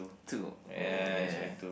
two oh yeah